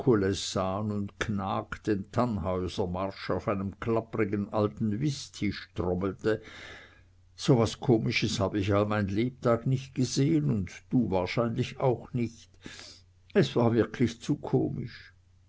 den tannhäusermarsch auf einem klapprigen alten whisttisch trommelte so was komisches hab ich all mein lebtag nicht gesehn und du wahrscheinlich auch nicht es war wirklich zu komisch